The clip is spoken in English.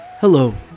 Hello